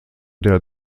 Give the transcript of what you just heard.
der